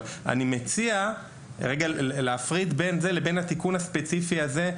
אבל אני מציע להפריד בינו לבין התיקון הספציפי הזה,